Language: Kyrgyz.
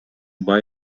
бай